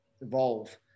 evolve